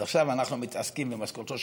אז עכשיו אנחנו מתעסקים במשכורתו של